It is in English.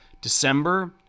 December